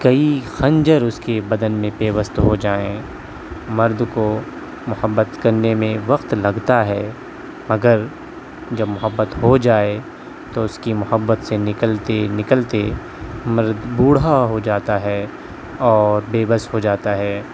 کئی خنجر اس کے بدن میں پیوست ہو جائیں مرد کو محبت کرنے میں وقت لگتا ہے مگر جب محبت ہو جائے تو اس کی محبت سے نکلتے نکلتے مرد بوڑھا ہو جاتا ہے اور بے بس ہو جاتا ہے